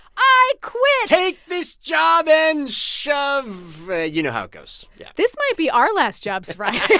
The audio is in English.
i quit? take this job and shove you know how it goes yeah this might be our last jobs friday